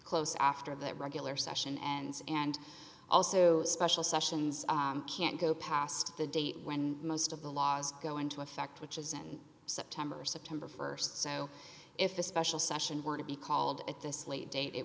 close after that regular session ends and also special sessions can't go past the date when most of the laws go into effect which isn't september or september st so if a special session were to be called at this late date it